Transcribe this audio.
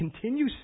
continue